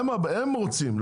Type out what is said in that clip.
היא רוצה.